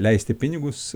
leisti pinigus